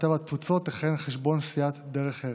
הקליטה והתפוצות תכהן על חשבון סיעת דרך ארץ,